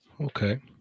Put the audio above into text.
Okay